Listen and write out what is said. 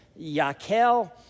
Yakel